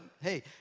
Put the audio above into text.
hey